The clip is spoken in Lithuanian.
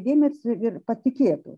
dėmesį ir patikėtų